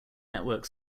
network